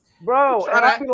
bro